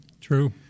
True